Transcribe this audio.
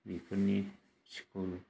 बेफोरनि स्कुल